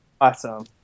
Awesome